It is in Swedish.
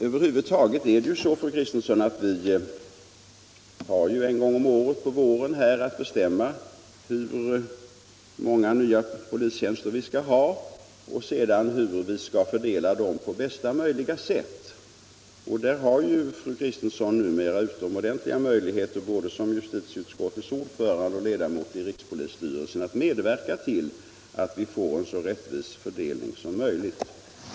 Över huvud taget är det ju så, fru Kristensson, att vi har här en gång om året, på våren, att bestämma hur många nya polistjänster vi skall ha och sedan hur vi skall fördela dem på bästa möjliga sätt. Där har fru Kristensson både som justitieutskottets ordförande och som ledamot i rikspolisstyrelsen att medverka till att vi får en så rättvis fördelning som möjligt.